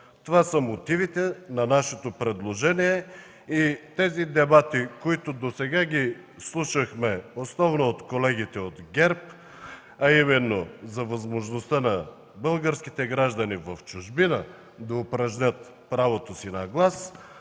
Това са мотивите на нашето предложение. Тези дебати, които слушахме досега основно от колегите от ГЕРБ, а именно за възможността на българските граждани в чужбина да упражнят правото си на глас,